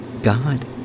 God